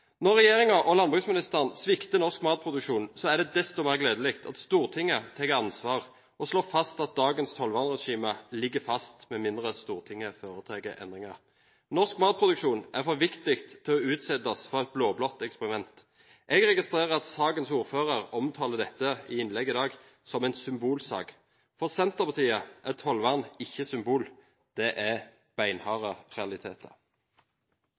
Når regjeringen og landbruksministeren svikter norsk matproduksjon, er det desto mer gledelig at Stortinget tar ansvar og slår fast at dagens tollvernregime ligger fast med mindre Stortinget foretar endringer. Norsk matproduksjon er for viktig til å utsettes for et blå-blått eksperiment. Jeg registrerer at sakens ordfører omtaler dette i sitt innlegg i dag som en symbolsak. For Senterpartiet er tollvern ikke et symbol. Det er